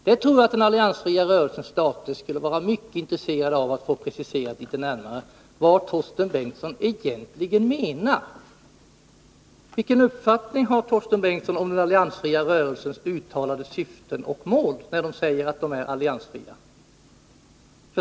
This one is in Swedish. Jag tror att den alliansfria rörelsens stater skulle vara mycket intresserade av att litet närmare få preciserat vad Torsten Bengtson egentligen menar med det. Vilken uppfattning har Torsten Bengtson om den alliansfria rörelsens uttalade syften och mål, när den säger att den är alliansfri?